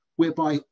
whereby